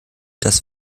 das